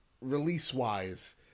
release-wise